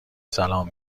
سلام